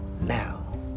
now